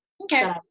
Okay